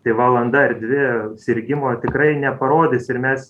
tai valanda ar dvi sirgimo tikrai neparodys ir mes